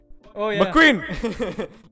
McQueen